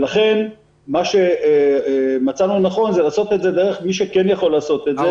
לכן מצאנו לנכון לעשות את זה דרך מי שכן יכול לעשות את זה,